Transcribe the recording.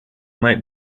might